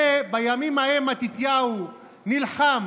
בימים ההם מתתיהו נלחם